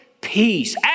peace